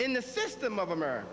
in the system of america